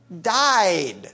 died